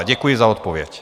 Děkuji za odpověď.